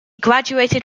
graduated